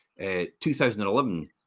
2011